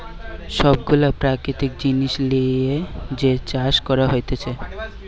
সব গুলা প্রাকৃতিক জিনিস লিয়ে যে চাষ করা হতিছে